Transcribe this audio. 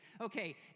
Okay